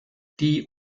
die